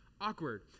awkward